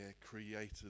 created